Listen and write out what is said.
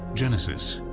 genesis,